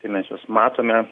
tai mes juos matome